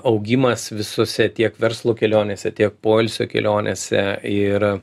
augimas visuose tiek verslo kelionėse tiek poilsio kelionėse ir